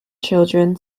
children